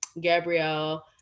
Gabrielle